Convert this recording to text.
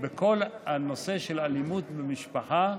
בכל הנושא של אלימות במשפחה,